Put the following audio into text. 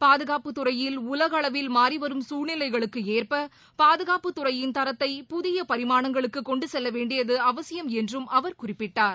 பாதுகாப்புத்துறையில் உலகளவில் மாறிவரும் சூழ்நிலைகளுக்கேற்ப பாதுகாப்புத்துறையின் தரத்தை புதிய பரிமாணங்களுக்கு கொண்டுசெல்லவேண்டியது அவசியம் என்றும் அவர் குறிப்பிட்டார்